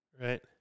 Right